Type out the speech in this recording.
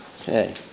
okay